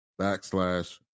backslash